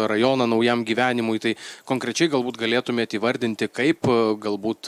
rajoną naujam gyvenimui tai konkrečiai galbūt galėtumėt įvardinti kaip galbūt